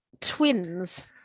Twins